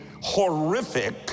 horrific